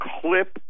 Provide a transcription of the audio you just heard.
clip